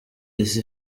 isi